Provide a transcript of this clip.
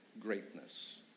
greatness